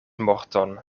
morton